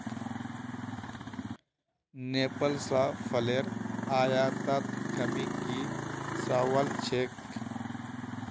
नेपाल स फलेर आयातत कमी की स वल छेक